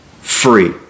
free